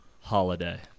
Holiday